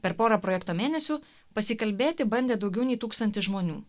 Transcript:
per pora projekto mėnesių pasikalbėti bandė daugiau nei tūkstantis žmonių